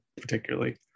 particularly